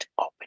open